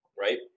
Right